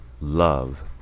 Love